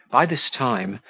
by this time,